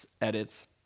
edits